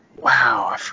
Wow